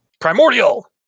primordial